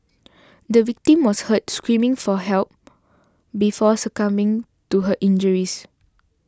the victim was heard screaming for help before succumbing to her injuries